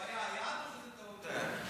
הוא היה היעד או שזו הייתה טעות?